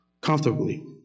comfortably